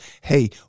hey